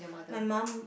my mum